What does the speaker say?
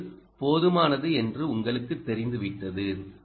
இப்போது போதுமானது என்று உங்களுக்குத் தெரிந்துவிட்டது